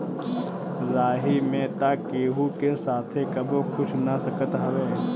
राही में तअ केहू के साथे कबो कुछु हो सकत हवे